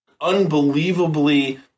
unbelievably